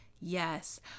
Yes